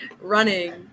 running